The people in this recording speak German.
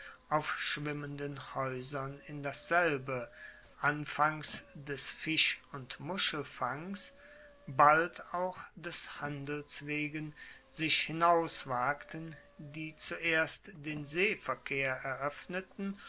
auf schwimmenden haeusern in dasselbe anfangs des fisch und muschelfangs bald auch des handels wegen sich hinauswagten die zuerst den seeverkehr eroeffneten